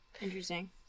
Interesting